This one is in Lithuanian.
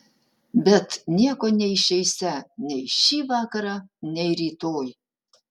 bet nieko neišeisią nei šį vakarą nei rytoj